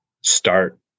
start